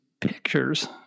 pictures